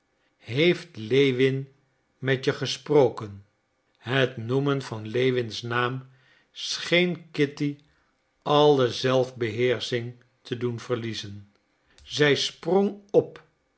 heeft lewin met je gesproken het noemen van lewins naam scheen kitty alle zelfbeheersching te doen verliezen zij sprong op